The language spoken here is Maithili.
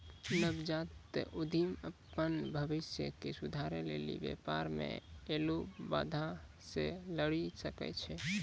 नवजात उद्यमि अपन भविष्य के सुधारै लेली व्यापार मे ऐलो बाधा से लरी सकै छै